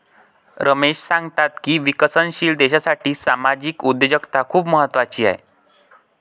रमेश सांगतात की विकसनशील देशासाठी सामाजिक उद्योजकता खूप महत्त्वाची आहे